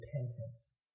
repentance